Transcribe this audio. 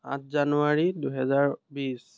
আঠ জানুৱাৰী দুহেজাৰ বিছ